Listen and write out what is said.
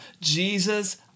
Jesus